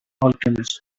alchemist